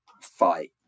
fight